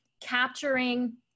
capturing